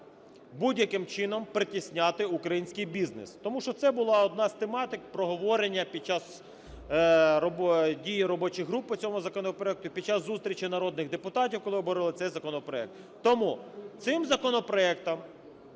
будь-яким чином притісняти український бізнес. Тому що це була одна з тематик проговорення під час дії робочих груп по цьому законопроекту і під час зустрічі народних депутатів, коли обговорювали цей законопроект. Тому цим законопроектом